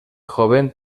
joven